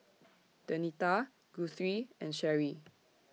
Denita Guthrie and Cheri